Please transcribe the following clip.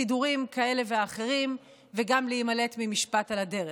סידורים כאלה ואחרים, וגם להימלט ממשפט על הדרך.